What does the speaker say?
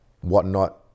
whatnot